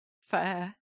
Fair